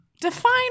Define